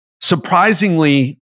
Surprisingly